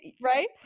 right